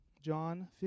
John